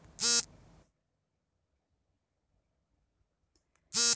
NBFC ಮಾಡುವಾಗ ನನ್ನ ಬ್ಯಾಂಕಿನ ಶಾಖೆಯಾಗಿದ್ದರೆ ಹಣ ವರ್ಗಾವಣೆ ಆಗುವುದೇ?